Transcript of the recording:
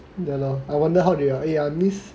ya lor I wonder how they all eh I miss